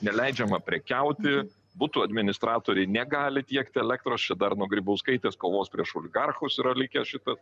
neleidžiama prekiauti būtų administratoriai negali tiekti elektros čia dar nuo grybauskaitės kovos prieš oligarchus yra likęs šitas